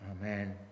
Amen